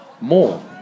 more